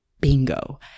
bingo